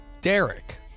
Derek